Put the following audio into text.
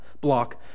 block